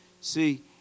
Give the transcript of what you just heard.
See